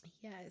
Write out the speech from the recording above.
yes